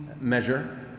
measure